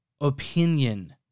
opinion